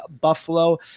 buffalo